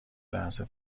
لحظه